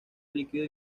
líquido